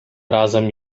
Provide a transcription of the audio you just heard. razem